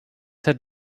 had